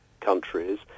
countries